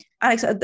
Alex